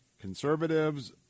Conservatives